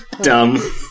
dumb